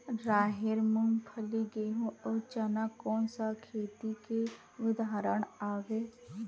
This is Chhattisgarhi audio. राहेर, मूंगफली, गेहूं, अउ चना कोन सा खेती के उदाहरण आवे?